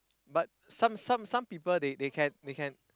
but some some some people they they can they can